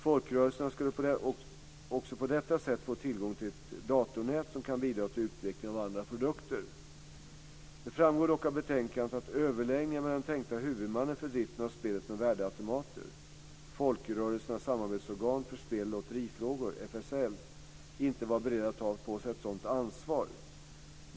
Folkrörelserna skulle också på detta sätt få tillgång till ett datornät som kan bidra till utvecklingen av andra produkter. Det framgår dock av betänkandet att överläggningar med den tänkta huvudmannen för driften av spelet med värdeautomater, Folkrörelsernas Samarbetsorgan för Spel och Lotterifrågor, FSL, inte var beredd att ta på sig ett sådant ansvar.